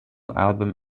album